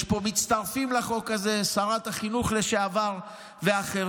יש פה מצטרפים לחוק הזה, שרת החינוך לשעבר ואחרים,